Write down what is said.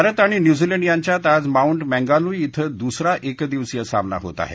भारत आणि न्यूझीलंड यांच्यात आज माऊंट माँगानुई श्वि द्सरा एकदिवसीय सामना होत आहे